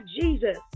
Jesus